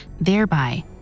thereby